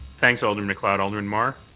thanks, alderman macleod. alderman mar?